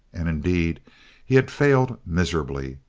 and indeed he had failed miserably.